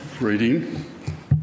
reading